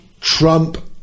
Trump